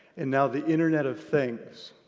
and now the internet of things.